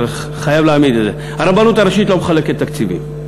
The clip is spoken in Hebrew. ואני חייב להעמיד את זה: הרבנות הראשית לא מחלקת תקציבים.